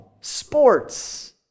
sports